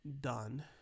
done